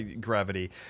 gravity